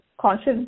conscious